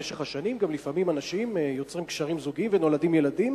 במשך השנים אנשים גם יוצרים קשרים זוגיים ונולדים ילדים,